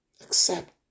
Accept